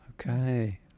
okay